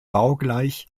baugleich